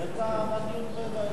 באמצע הדיון של אי-אמון.